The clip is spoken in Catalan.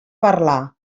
parlar